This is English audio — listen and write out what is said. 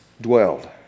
dwelled